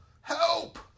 Help